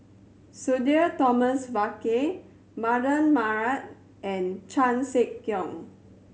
Sudhir Thomas Vadaketh Mardan Mamat and Chan Sek Keong